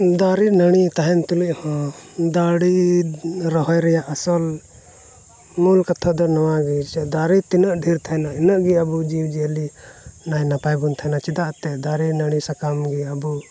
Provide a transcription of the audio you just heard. ᱫᱟᱨᱮᱼᱱᱟᱹᱲᱤ ᱛᱟᱦᱮᱱ ᱛᱩᱞᱩᱪ ᱦᱚᱸ ᱫᱟᱨᱮ ᱨᱚᱦᱚᱭ ᱨᱮᱭᱟᱜ ᱟᱥᱚᱞ ᱢᱩᱞ ᱠᱟᱛᱷᱟ ᱫᱚ ᱱᱚᱣᱟᱜᱮ ᱫᱟᱨᱮ ᱛᱤᱱᱟᱹᱜ ᱰᱷᱮᱨ ᱛᱟᱦᱮᱱᱟ ᱤᱱᱟᱹᱜ ᱜᱮ ᱟᱵᱚ ᱡᱤᱵᱽᱼᱡᱤᱭᱟᱹᱞᱤ ᱱᱟᱭᱼᱱᱟᱯᱟᱭ ᱵᱚᱱ ᱛᱟᱦᱮᱱᱟ ᱪᱮᱫᱟᱜ ᱥᱮ ᱫᱟᱨᱮᱼᱱᱟᱹᱲᱤ ᱥᱟᱠᱟᱢ ᱜᱮ ᱟᱵᱚ